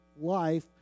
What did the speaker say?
life